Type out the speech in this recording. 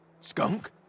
Skunk